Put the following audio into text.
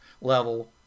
level